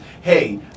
hey